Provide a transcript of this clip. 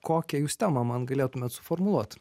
kokią jūs temą man galėtumėt suformuluot